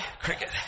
cricket